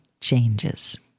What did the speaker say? changes